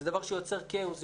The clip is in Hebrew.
זה דבר שיוצר כאוס,